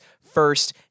first